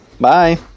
Bye